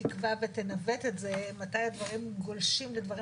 תקבע ותנווט את זה מתי הדברים גולשים לדברים